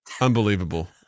Unbelievable